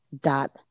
dot